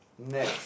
next